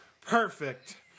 Perfect